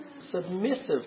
submissive